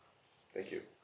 thank you